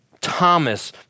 Thomas